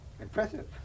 Impressive